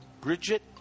Bridget